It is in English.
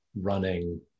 running